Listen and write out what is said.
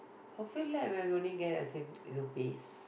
hopefully lah when only get a safe you know pace